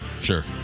Sure